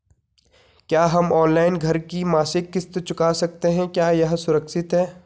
क्या हम ऑनलाइन घर की मासिक किश्त चुका सकते हैं क्या यह सुरक्षित है?